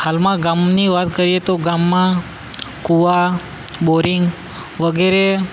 હાલમાં ગામની વાત કરીએ તો ગામમાં કૂવા બોરિંગ વગેરે